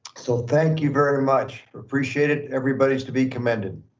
so thank you very much. appreciate it, everybody's to be commended.